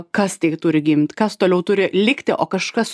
kas tai turi gimt kas toliau turi likti o kažkas